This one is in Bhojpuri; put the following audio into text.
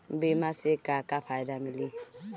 बीमा से का का फायदा मिली?